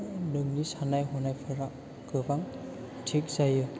नोंनि साननाय हनायफोरा गोबां थिग जायो